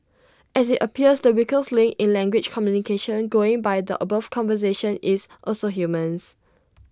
and IT appears the weakest link in language communication going by the above conversation is also humans